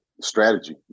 strategy